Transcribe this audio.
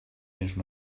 into